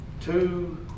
two